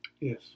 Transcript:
Yes